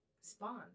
Spawn